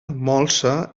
molsa